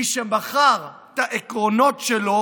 מי שמכר את העקרונות שלו